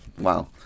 wow